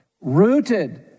rooted